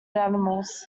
animals